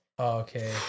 Okay